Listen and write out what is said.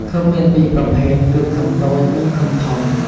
ឃឹមមាន២ប្រភេទគឺឃឹមតូច និងឃឹមធំ។